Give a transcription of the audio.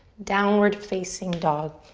downward facing dog.